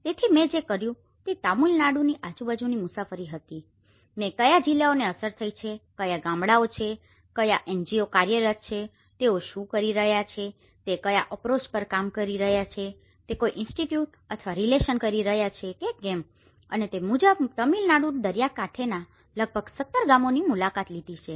તેથી મેં જે કર્યું તે તમિલનાડુની આજુબાજુની મુસાફરી હતી મેં કયા જિલ્લાઓને અસર થઈ છે કયા ગામડાઓ છેકયા NGO કાર્યરત છે તેઓ શું કરી રહ્યા છે તે કયા અપ્રોચ પર કામ કરી રહ્યા છે તે કોઈ ઇન્સ્ટીટ્યુટ અથવા રીલેશન કરી રહ્યા છે કે કેમઅને તે મુજબ તમિલનાડુ દરિયાકાંઠેના લગભગ 17 ગામોની મુલાકાત લીધી છે